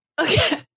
Okay